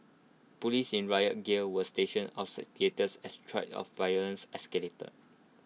Police in riot gear were stationed outside theatres as threats of violence escalated